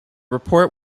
report